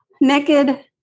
Naked